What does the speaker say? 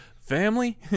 Family